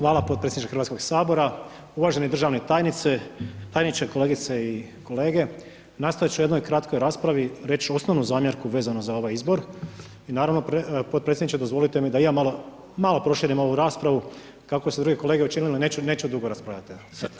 Hvala podpredsjedniče Hrvatskog sabora, uvaženi državna tajnice, tajniče, kolegice i kolege, nastojat ću u jednoj kratkoj raspravi reći osnovnu zamjerku vezano za ovaj izbor i naravno podpredsjedniče dozvolite mi da i ja malo proširim ovu raspravu, kako su i druge kolege učinili, neću, neću dugo raspravljat, evo.